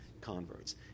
converts